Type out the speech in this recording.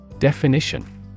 Definition